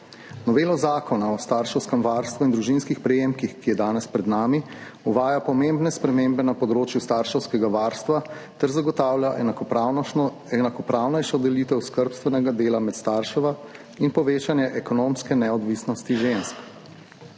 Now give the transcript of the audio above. Novela Zakona o starševskem varstvu in družinskih prejemkih, ki je danes pred nami, uvaja pomembne spremembe na področju starševskega varstva ter zagotavlja enakopravnejšo delitev skrbstvenega dela med staršema in povečanje ekonomske neodvisnosti žensk.